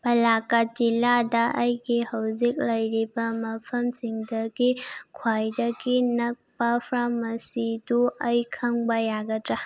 ꯄꯂꯥꯛꯀꯥꯠ ꯖꯤꯜꯂꯥꯗ ꯑꯩꯒꯤ ꯍꯧꯖꯤꯛ ꯂꯩꯔꯤꯕ ꯃꯐꯝꯁꯤꯗꯒꯤ ꯈ꯭ꯋꯥꯏꯗꯒꯤ ꯅꯛꯄ ꯐꯥꯔꯃꯥꯁꯤꯗꯨ ꯑꯩ ꯈꯪꯕ ꯌꯥꯒꯗ꯭ꯔꯥ